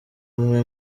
umwe